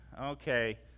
okay